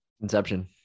Inception